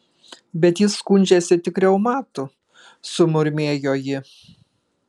bet jis skundžiasi tik reumatu sumurmėjo ji